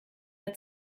der